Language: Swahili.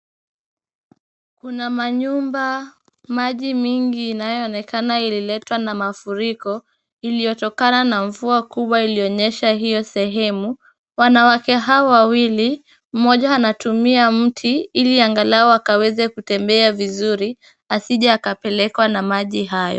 Kuna manyumba, maji mingi inayoonekana ililetwa na mafuriko, iliyotokana na mvua kubwa iliyonyesha hiyo sehemu. Wanawake hao wawili, mmoja anatumia mti ili angalau akaweze kutembea vizuri, asije akapelekwa na maji hayo.